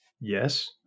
Yes